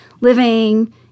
living